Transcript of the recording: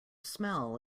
smell